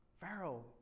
Pharaoh